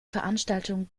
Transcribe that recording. veranstaltung